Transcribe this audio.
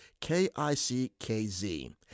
KICKZ